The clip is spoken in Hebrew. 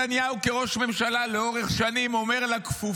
אנחנו פחות משנה לאסון הנורא ביותר שידעה המדינה.